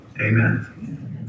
Amen